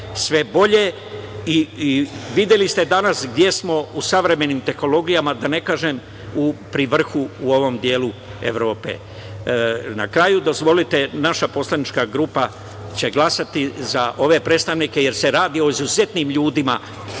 sve bolje i videli ste danas gde smo u savremenih tehnologijama, da ne kažem, pri vrhu u ovom delu Evrope. Na kraju, dozvolite, naša poslanička grupa će glasati za ove predstavnike, jer se radi o izuzetnim ljudima,